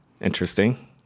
interesting